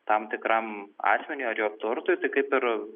tam tikram asmeniui ar jo turtui tai kaip ir